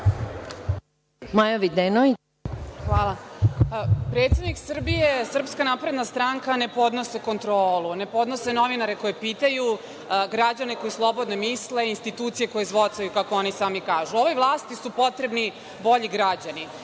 **Maja Videnović** Hvala. Predsednik Srbije, SNS, ne podnose kontrolu, ne podnose novinare koji pitaju građane koji slobodno misle, institucije koje zvocaju, kako oni sami kažu. Ovoj vlasti su potrebni bolji građani.